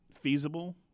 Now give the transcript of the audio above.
feasible